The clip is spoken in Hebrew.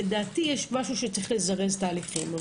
לדעתי, זה משהו שצריך לזרז תהליכים.